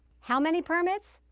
how many permits?